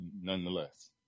nonetheless